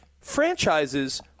franchises